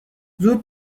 زود